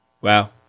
Wow